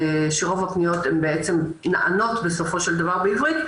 רוב הפניות נענות בסופו של דבר בעברית,